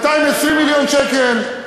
220 מיליון ש"ח,